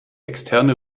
externe